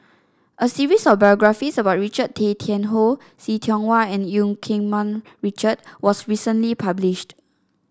a series of biographies about Richard Tay Tian Hoe See Tiong Wah and Eu Keng Mun Richard was recently published